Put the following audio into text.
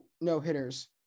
no-hitters